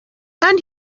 and